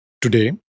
today